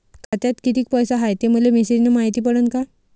खात्यात किती पैसा हाय ते मेसेज न मायती पडन का?